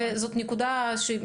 נכון.